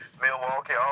Milwaukee